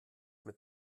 mit